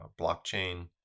blockchain